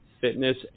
Fitness